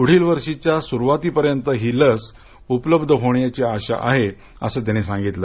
पुढील वर्षीच्या सुरुवातीपर्यंत ही लस उपलब्ध होण्याची आशा आहे असं त्यांनी सांगितलं